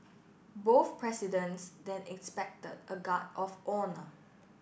both presidents then inspected a guard of honour